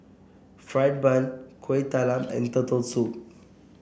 fried bun Kuih Talam and Turtle Soup